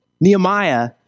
Nehemiah